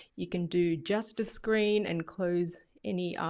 you can do just a screen and close any,